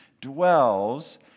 dwells